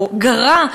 או גרע,